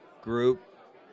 group